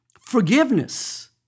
Forgiveness